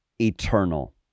eternal